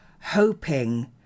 hoping